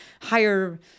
higher